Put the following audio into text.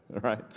right